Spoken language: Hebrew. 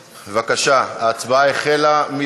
בבקשה, ההצבעה החלה.